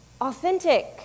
authentic